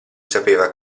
sapeva